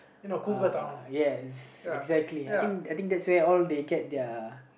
uh yes exactly I think I think that's where they all get their